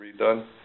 redone